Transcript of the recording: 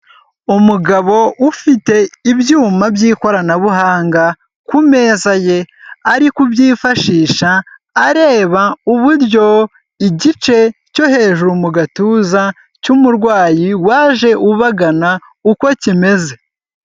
Umugabo ufite ibyuma by'ikoranabuhanga ku meza ye, ari kubyifashisha, areba uburyo igice cyo hejuru mu gatuza cy'umurwayi waje ubagana uko kimeze.